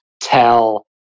tell